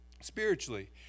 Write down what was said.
spiritually